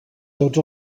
tots